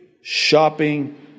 shopping